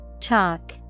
Chalk